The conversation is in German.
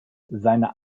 seine